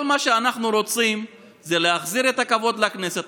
כל מה שאנחנו רוצים זה להחזיר את הכבוד לכנסת.